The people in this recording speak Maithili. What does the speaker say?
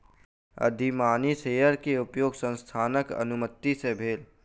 अधिमानी शेयर के उपयोग संस्थानक अनुमति सॅ भेल